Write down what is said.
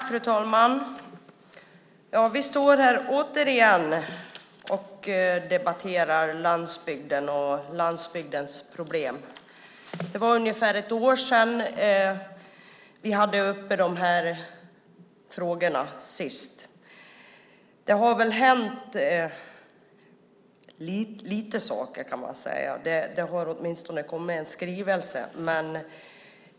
Fru talman! Vi står återigen här och debatterar landsbygden och landsbygdens problem. Det var ungefär ett år sedan vi hade de här frågorna uppe sist. Det har hänt några saker. Det har åtminstone kommit en skrivelse.